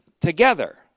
together